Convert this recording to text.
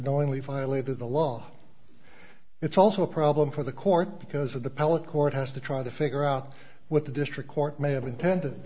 knowingly violated the law it's also a problem for the court because of the pellet court has to try to figure out what the district court may have intended